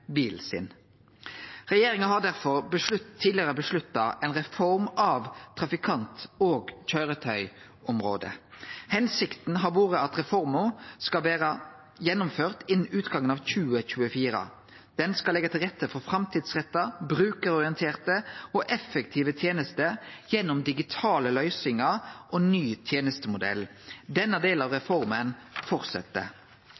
har derfor tidlegare vedtatt ei reform av trafikant- og køyretøyområdet. Hensikta har vore at reforma skal vere gjennomført innan utgangen av 2024. Reforma skal leggje til rette for framtidsretta, brukarorienterte og effektive tenester gjennom digitale løysingar og ny tenestemodell. Denne delen av